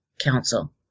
council